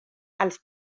als